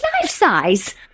life-size